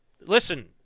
Listen